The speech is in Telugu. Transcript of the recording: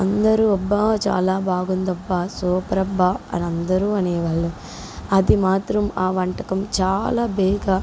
అందరూ అబ్బా చాలా బాగుంది అబ్బా సూపర్ అబ్బా అని అందరూ అనేవాళ్ళు అది మాత్రం ఆ వంటకం చాలా బేగా